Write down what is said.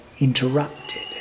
interrupted